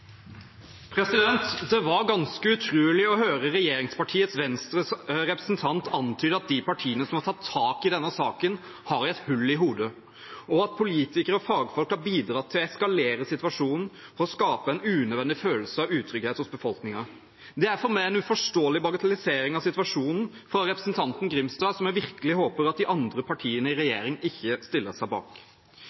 Det var ganske utrolig å høre regjeringspartiet Venstres representant antyde at de partiene som har tatt tak i denne saken, har et hull i hodet, og at politikere og fagfolk har bidratt til å eskalere situasjonen ved å skape en unødvendig følelse av utrygghet i befolkningen. Det er for meg en uforståelig bagatellisering av situasjonen fra representanten Grimstad, som jeg virkelig håper at de andre partiene i regjeringen ikke stiller seg bak.